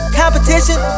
competition